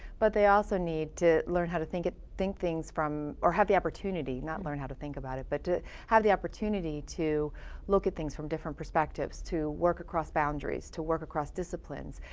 but they also need to learn how to think it, think things from, or have the opportunity. not learn how to think about it, but to have the opportunity to look at things from different perspectives. to work across boundaries. to work across disciplines.